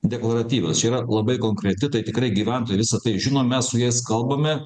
deklaratyvios čia yra labai konkreti tai tikrai gyventojai visa tai žino mes su jais kalbame